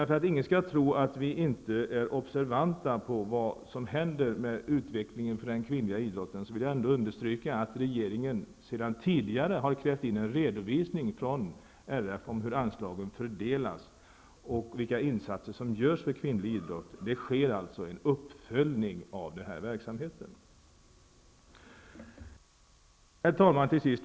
För att ingen skall tro att vi inte är observanta på vad som händer med den kvinnliga idrotten vill jag understryka att regeringen sedan tidigare har krävt in en redovisning från RF om hur anslagen fördelas och vilka insatser som görs för kvinnlig idrott. Det sker alltså en uppföljning av den här verksamheten. Herr talman!